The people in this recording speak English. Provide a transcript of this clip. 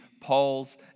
Paul's